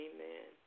Amen